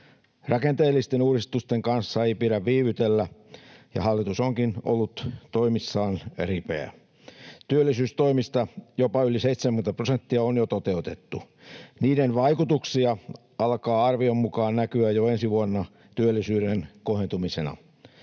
Rakenteellisten uudistusten kanssa ei pidä viivytellä, ja hallitus onkin ollut toimissaan ripeä. Työllisyystoimista jopa yli 70 prosenttia on jo toteutettu. Niiden vaikutuksia alkaa arvion mukaan näkyä jo ensi vuonna työllisyyden kohentumisena.